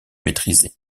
maîtriser